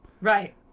Right